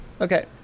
Okay